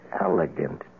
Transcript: elegant